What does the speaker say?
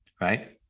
right